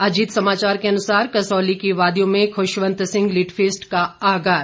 अजीत समाचार के अनुसार कसौली की वादियों में खुशवंत सिंह लिटफेस्ट का आगाज